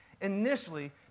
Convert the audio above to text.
initially